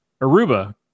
Aruba